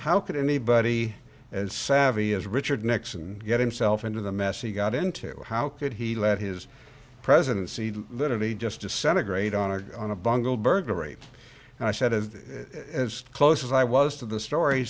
how could anybody as savvy as richard nixon get himself into the mess he got into how could he let his presidency literally just disintegrate on our on a bungled burglary and i said as close as i was to the story